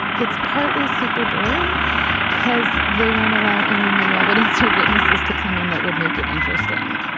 it's partly super boring cause they won't allow any new evidence or witnesses to come in. that would make an interesting.